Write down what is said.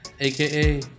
AKA